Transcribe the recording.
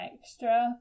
extra